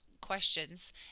questions